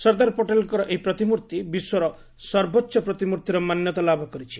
ସର୍ଦ୍ଦାର ପଟେଲଙ୍କ ଏହି ପ୍ରତିମର୍ତ୍ତି ବିଶ୍ୱର ସର୍ବୋଚ୍ଚ ପ୍ରତିମୂର୍ତ୍ତିର ମାନ୍ୟତା ଲାଭ କରିଛି